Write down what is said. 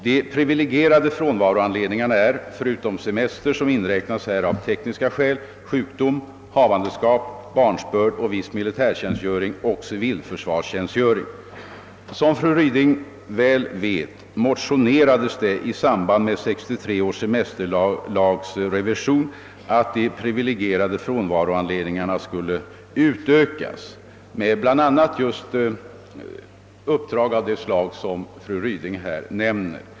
De privilegierade frånvaroanledningarna är — förutom semester som inräknas här av tekniska skäl — sjukdom, havandeskap, harnsbörd, viss militärtjänstgöring och civilförsvarstjänstgöring. Som fru Ryding väl vet motionerades det i samband med 1963 års semesterlagsrevision om att de privilegierade frånvaroanledningarna skulle utökas med bl.a. uppdrag av just det slag som fru Ryding nämnde.